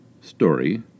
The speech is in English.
Story